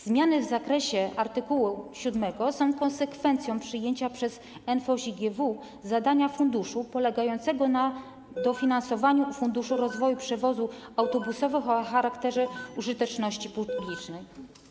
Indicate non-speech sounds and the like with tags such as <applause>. Zmiany w zakresie art. 7 są konsekwencją przejęcia przez NFOŚiGW zadania funduszu polegającego na <noise> dofinansowaniu Funduszu rozwoju przewozów autobusowych o charakterze użyteczności publicznej.